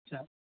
ᱟᱪᱪᱷᱟ